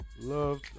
Love